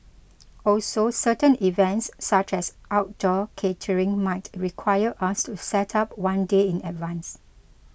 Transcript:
also certain events such as outdoor catering might require us to set up one day in advance